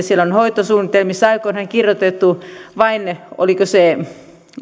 siellä on hoitosuunnitelmissa aikoinaan kirjoitettu vain oliko se